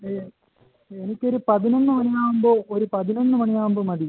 ഏഹ് എനിക്കൊരു പതിനൊന്ന് മണിയാവുമ്പോൾ ഒരു പതിനൊന്ന് മണിയാവുമ്പോൾ മതി